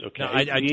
Okay